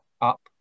up